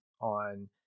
on